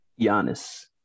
Giannis